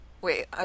Wait